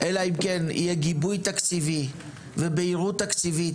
אלא אם כן יהיה גיבוי תקציבי ובהירות תקציבית.